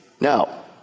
Now